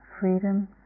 freedom